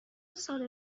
صادر